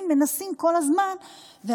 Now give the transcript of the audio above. כל הזמן מנסים,